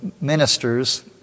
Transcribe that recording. ministers